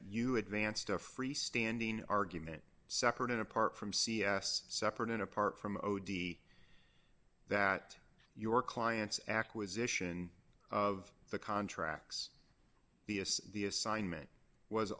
you advanced a freestanding argument separate and apart from c s separate and apart from the that your client's acquisition of the contracts the of the assignment was